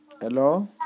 Hello